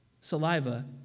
saliva